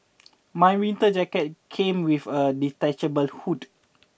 my winter jacket came with a detachable hood